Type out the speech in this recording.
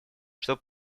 чтобы